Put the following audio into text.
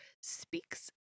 speaks